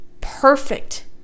perfect